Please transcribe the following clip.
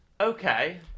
Okay